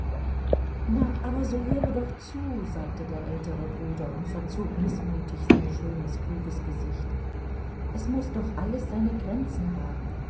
na aber so höre doch zu sagte der ältere bruder und verzog mißmutig sein schönes kluges gesicht es muß doch alles seine grenzen haben